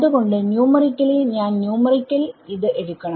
അത്കൊണ്ട് ന്യൂമറിക്കലി ഞാൻ ന്യൂമറിക്കൽ എടുക്കണം